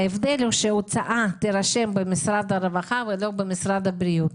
ההבדל הוא שההוצאה תירשם במשרד הרווחה ולא במשרד הבריאות.